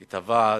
את הוועד,